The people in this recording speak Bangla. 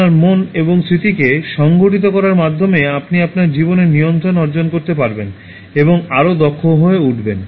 আপনার মন এবং স্মৃতিকে সংগঠিত করার মাধ্যমে আপনি আপনার জীবনের নিয়ন্ত্রণ অর্জন করতে পারবেন এবং আরও দক্ষ হয়ে উঠবেন